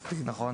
כן,